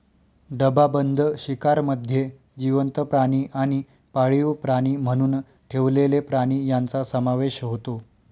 डबाबंद शिकारमध्ये जिवंत प्राणी आणि पाळीव प्राणी म्हणून ठेवलेले प्राणी यांचा समावेश होतो